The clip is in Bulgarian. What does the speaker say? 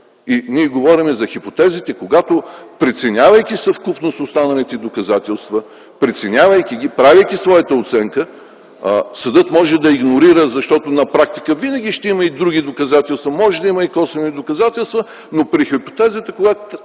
И ние говорим за хипотезите, когато, преценявайки съвкупно с останалите доказателства, правейки своята оценка съдът може да ги игнорира, защото на практика винаги ще има и други доказателства, може да има и косвени доказателства. Но има хипотеза, когато